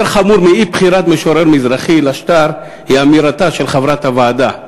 יותר חמורה מאי-בחירת משורר מזרחי לשטר היא אמירתה של חברת הוועדה,